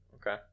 Okay